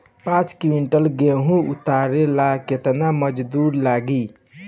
पांच किविंटल गेहूं उतारे ला केतना मजदूर लागी?